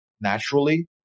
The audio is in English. naturally